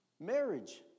Marriage